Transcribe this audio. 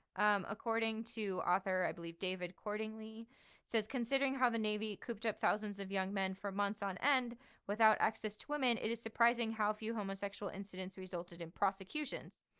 um according to author, i believe, david cordingly considering how the navy cooped up thousands of young men for months on end without access to women, it is surprising how few homosexual incidents resulted in prosecutions.